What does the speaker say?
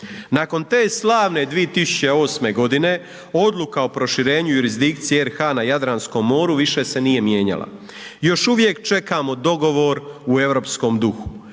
Nakon te slavne 2008. godine Odluka o proširenju jurisdikcije RH na Jadranskom moru više se nije mijenjala. Još uvijek čekamo dogovor u europskom duhu,